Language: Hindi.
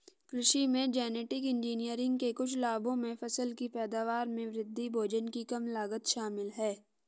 कृषि में जेनेटिक इंजीनियरिंग के कुछ लाभों में फसल की पैदावार में वृद्धि, भोजन की कम लागत शामिल हैं